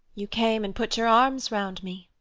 you came and put your arms round me?